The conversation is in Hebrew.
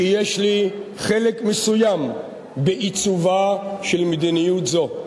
כי יש לי חלק מסוים בעיצובה של מדיניות זו.